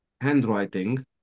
handwriting